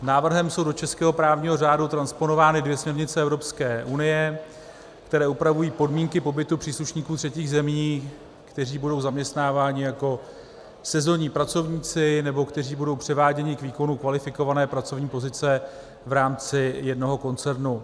Návrhem jsou do českého právního řádu transponovány dvě směrnice Evropské unie, které upravují podmínky pobytu příslušníků třetích zemí, kteří budou zaměstnáváni jako sezónní pracovníci nebo kteří budou převáděni k výkonu kvalifikované pracovní pozice v rámci jednoho koncernu.